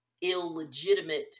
illegitimate